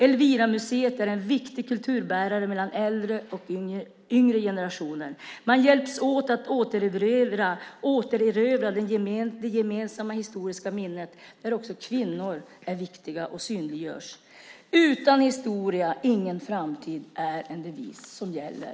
Elviramuseet är en viktig kulturbärare mellan äldre och yngre generationer. Man hjälps åt att återerövra det gemensamma historiska minnet där också kvinnor är viktiga och synliggörs. Utan historia ingen framtid är en devis som gäller.